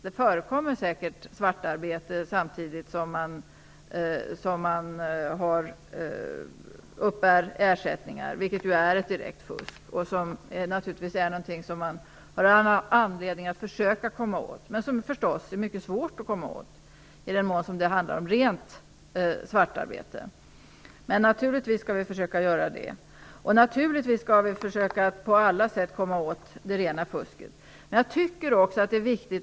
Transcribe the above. Det förekommer säkert svartarbete samtidigt med uppbärande av ersättningar, vilket ju är ett direkt fusk. Detta är naturligtvis någonting som man har all anledning att försöka komma åt, men det är förstås mycket svårt i den mån som det handlar om rent svartarbete. Men naturligtvis skall vi försöka att komma åt det och det rena fusket.